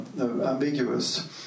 ambiguous